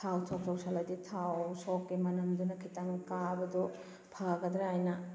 ꯊꯥꯎ ꯁꯧꯛ ꯇꯧꯁꯜꯂꯗꯤ ꯊꯥꯎ ꯁꯣꯛꯀꯤ ꯃꯅꯝꯗꯨꯅ ꯈꯤꯇꯪ ꯀꯥꯕꯗꯨ ꯐꯒꯗ꯭ꯔꯥ ꯍꯥꯏꯅ